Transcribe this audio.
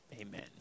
Amen